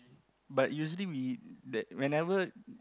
but usually we that whenever